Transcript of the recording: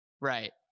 Right